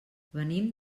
venim